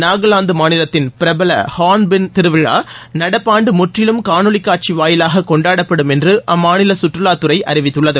நாகாலாந்து மாநிலத்தின் பிரபல ஹார்ன்பில் திருவிழாவை நடப்பாண்டு முற்றிலும் காணொலி காட்சி வாயிலாக கொண்டாடப்படும் என்ற அம்மாநில சுற்றுவாத்துறை அறிவித்துள்ளது